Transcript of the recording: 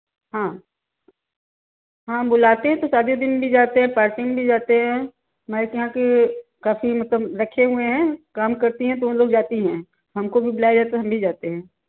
हाँ हाँ बुलाते हैं तो शादी दिन भी जाते हैं पार्टी में भी जाते हैं हमारे यहाँ के काफ़ी मतलब रखे हुए है काम करती हैं तो उन लोग जाती हैं हमको भी बुलाया जाए तो हम भीजाते हैं